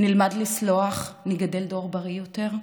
נלמד לסלוח ונגדל דור בריא יותר?